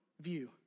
view